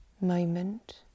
moment